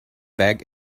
back